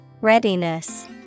Readiness